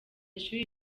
ishuri